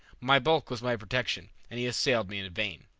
my bulk was my protection, and he assailed me in vain.